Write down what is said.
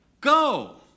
go